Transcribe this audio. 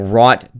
right